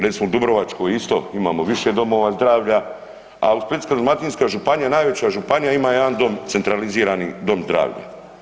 Recimo, dubrovačko isto, više domova zdravlja, a u Splitsko-dalmatinska županija, najveća županija ima jedan dom centralizirani dom zdravlja.